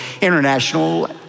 International